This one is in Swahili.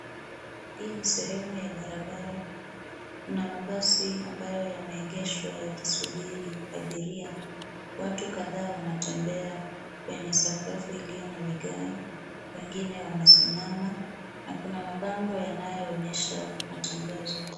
Hii ni sehemu ya barabara kuna mabasi ambayo yameegeshwa yakisubiri abiria. Watu kadhaa wanatembea, kwenye sakafu ilio na vigae, wengine wamesimama, na kuna mabango yanayoonyesha matangazo.